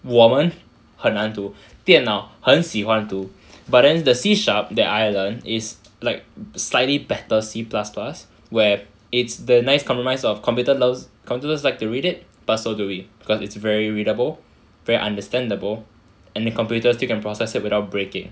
我们很难读电脑很喜欢读 but then the C sharp that I learn is like slightly better C plus plus where it's the nice compromise of computer loves computers like to read it but so do we because it's very readable very understandable and the computers still can process it without breaking